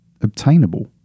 obtainable